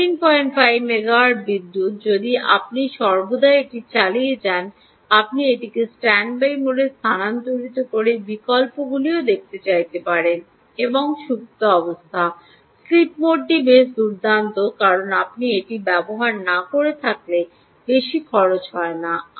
135 megawatt বিদ্যুৎ যদি আপনি সর্বদা এটি চালিয়ে যান আপনি এটিকে স্ট্যান্ডবাই মোডে স্থানান্তর করার বিকল্পগুলিও দেখতে চাইতে পারেন এবং সুপ্ত অবস্থা স্লিপ মোডটি বেশ দুর্দান্ত কারণ আপনি এটি ব্যবহার না করা থাকলে বেশি খরচ হয় না